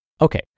Okay